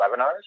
webinars